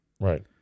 right